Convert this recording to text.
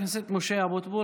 תודה, חבר הכנסת משה אבוטבול.